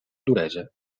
duresa